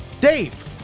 Dave